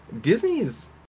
Disney's